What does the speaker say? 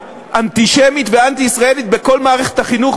אנטישמית ואנטי-ישראלית בכל מערכת החינוך,